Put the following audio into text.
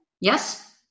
Yes